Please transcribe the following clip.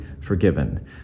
forgiven